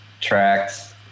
tracks